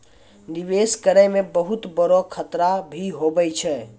निवेश करै मे बहुत बड़ो खतरा भी हुवै छै